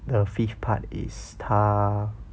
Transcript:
the fifth part is 他